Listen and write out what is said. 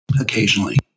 occasionally